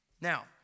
Now